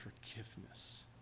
forgiveness